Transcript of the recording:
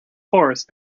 horse